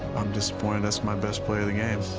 i'm disappointed that's my best play of the game.